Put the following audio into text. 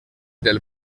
del